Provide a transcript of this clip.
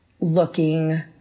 looking